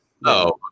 No